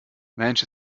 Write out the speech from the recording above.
mensch